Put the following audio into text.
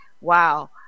wow